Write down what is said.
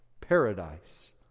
Paradise